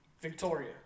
Victoria